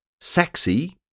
sexy